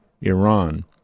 Iran